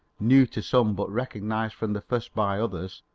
new to some but recognised from the first by others,